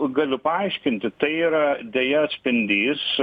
galiu paaiškinti tai yra deja atspindys